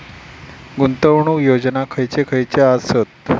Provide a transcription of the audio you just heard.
गुंतवणूक योजना खयचे खयचे आसत?